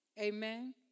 Amen